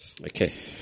Okay